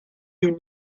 you